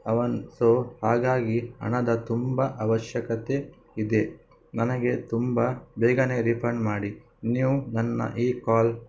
ಅವನು ಸೊ ಹಾಗಾಗಿ ಹಣದ ತುಂಬ ಅವಶ್ಯಕತೆ ಇದೆ ನನಗೆ ತುಂಬ ಬೇಗನೆ ರಿಫಂಡ್ ಮಾಡಿ ನೀವು ನನ್ನ ಈ ಕಾಲ್